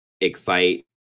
excite